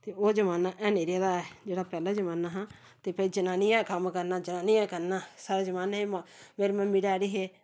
ते ओह् जमान्ना है निं रेह दा ऐ जेह्ड़ा पैह्ला जमान्ना हा ते भाई जनानी गै कम्म करना जनानी गै करना साढ़े जमान्ने हे मेरी मम्मी डैडी हे